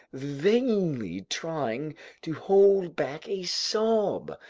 vainly trying to hold back a sob.